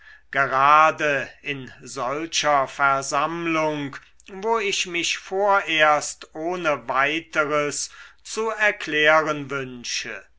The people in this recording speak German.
gerade in solcher versammlung wo ich mich vorerst ohne weiteres zu erklären wünsche